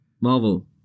Marvel